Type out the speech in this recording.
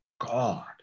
God